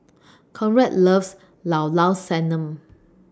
Conrad loves Llao Llao Sanum